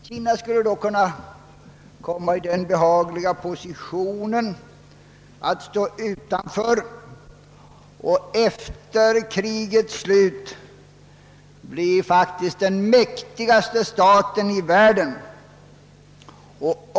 Kina skulle då kunna komma i den behagliga positionen att stå utanför och efter krigets slut faktiskt bli den mäktigaste staten i världen.